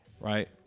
right